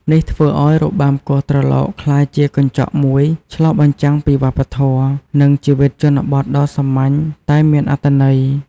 នេះធ្វើឱ្យរបាំគោះត្រឡោកក្លាយជាកញ្ចក់មួយឆ្លុះបញ្ចាំងពីវប្បធម៌ និងជីវិតជនបទដ៏សាមញ្ញ តែមានអត្ថន័យ។